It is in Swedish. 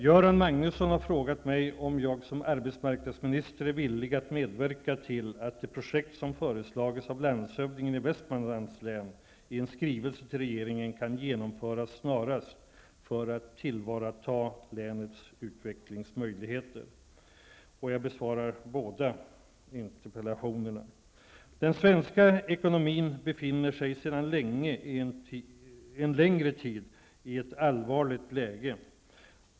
Göran Magnusson har frågat mig, om jag som arbetsmarknadsminister är villig att medverka till att de projekt som föreslagits av landshövdingen i Västmanlands län i en skrivelse till regeringen kan genomföras snarast för att tillvarata länets utvecklingsmöjligheter. Jag besvarar båda interpellationerna i ett sammanhang. Den svenska ekonomin befinner sig sedan en längre tid i ett allvarligt läge.